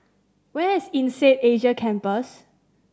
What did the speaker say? where is INSEAD Asia Campus